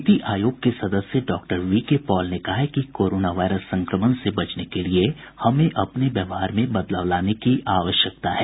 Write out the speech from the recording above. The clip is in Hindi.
नीति आयोग के सदस्य डॉ वी के पॉल ने कहा है कि कोरोना वायरस संक्रमण से बचने के लिए हमें अपने व्यवहार में बदलाव लाने की जरूरत है